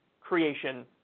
creation